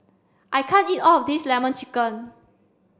I can't eat all of this lemon chicken